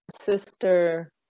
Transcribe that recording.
sister